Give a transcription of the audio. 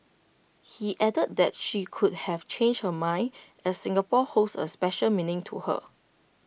he added that she could have changed her mind as Singapore holds A special meaning to her